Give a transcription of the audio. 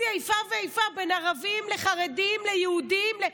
איפה ואיפה בין ערבים וחרדים ויהודים.